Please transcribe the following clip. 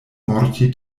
morti